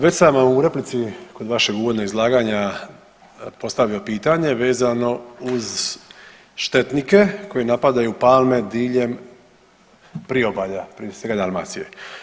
Već sam vam u replici kod vašeg uvodnog izlaganja postavio pitanje vezano uz štetnike koji napadaju palme diljem priobalja, prije svega Dalmacije.